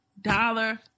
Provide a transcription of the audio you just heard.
dollar